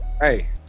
Hey